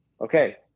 Okay